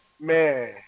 Man